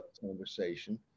conversation